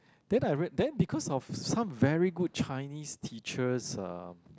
then I read then because of some very good Chinese teachers are